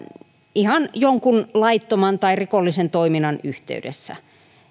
ihan jonkun laittoman tai rikollisen toiminnan yhteydessä